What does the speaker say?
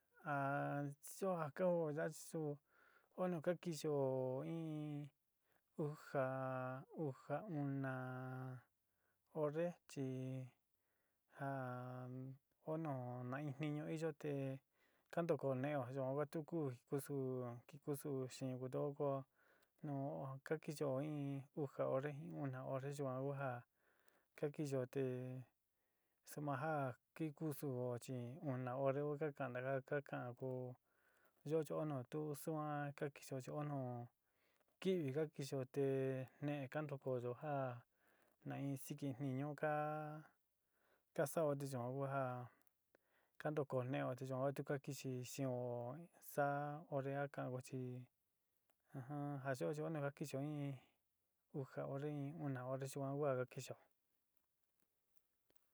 Ja yóo ka oó yaá chi su oó nu ka kixío in uja uja una horé chi ja oó nu na in tíjñu iyo te kantukó ne'éo yuan tu ku kusu kusu xeén kutuo kó nu ka kixío in uja hore jin una hore yuan ku ja ka kixío te ma já ki kusuo chi una hore a ku ka kaánagá ka kaán koó yoó chi oó tu suan ka kixío chi oó nu kivi ka kixío te neé kantukoyo ja na in siki tíjñu ka sao te yuan ku ja kantukoó ne'eo te yuan tu ku ka kixi xen'ó saá horé a kaago chi ja yóo yo´ka kixío jin uja hore in una hore yuan ku a ka kixio.